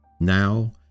Now